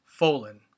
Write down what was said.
Folin